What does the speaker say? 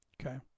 okay